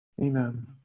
Amen